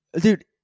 Dude